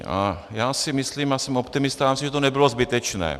A já si myslím, a jsem optimista, že to nebylo zbytečné.